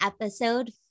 episode